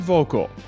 Vocal